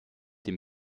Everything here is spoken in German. dem